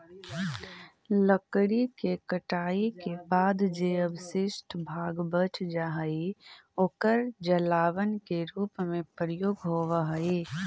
लकड़ी के कटाई के बाद जे अवशिष्ट भाग बच जा हई, ओकर जलावन के रूप में प्रयोग होवऽ हई